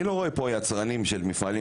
אני לא רואה פה יצרנים של מפעלים